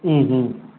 ம் ம்